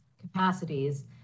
capacities